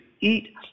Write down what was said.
eat